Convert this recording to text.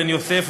בן יוסף,